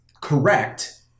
correct